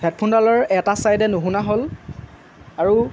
হেডফ'নডালৰ এটা ছাইডে নুশুনা হ'ল আৰু